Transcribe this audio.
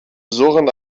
surrend